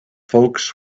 folks